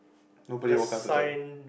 nobody walk up to them